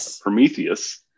Prometheus